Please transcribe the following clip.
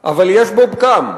/ אבל יש בו פגם: